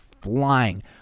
flying